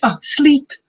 Sleep